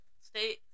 Stay